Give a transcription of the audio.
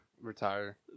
retire